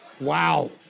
Wow